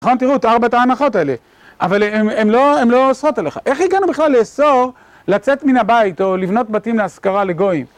נכון, תראו את ארבעת ההנחות האלה, אבל הן לא אוסרות עליך. איך הגענו בכלל לאסור לצאת מן הבית או לבנות בתים להשכרה לגויים?